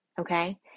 okay